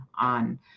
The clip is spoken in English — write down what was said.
on